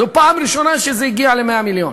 זאת הפעם הראשונה שזה הגיע ל-100 מיליון.